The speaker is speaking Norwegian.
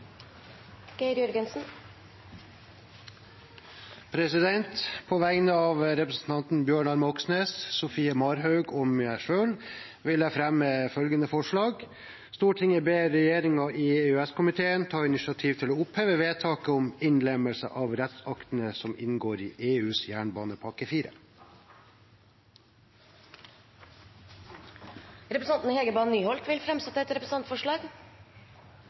På vegne av representantene Bjørnar Moxnes, Sofie Marhaug og meg selv vil jeg fremme et forslag om å oppheve vedtaket i EØS-komiteen av 24. september 2021 om innlemmelse av de rettsaktene som inngår i EUs jernbanepakke 4. Representanten Hege Bae Nyholt vil framsette et representantforslag.